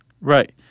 Right